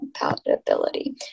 compatibility